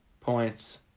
points